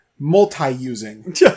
Multi-using